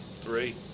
three